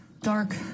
Dark